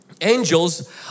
Angels